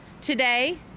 Today